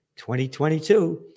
2022